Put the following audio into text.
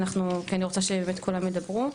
כי אני רוצה באמת שכולם ידברו,